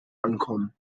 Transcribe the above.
ankommen